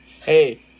Hey